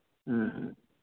ꯎꯝ ꯎꯝ